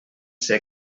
ser